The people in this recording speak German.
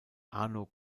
arno